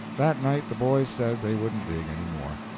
that night the boys said they wouldn't dig any more.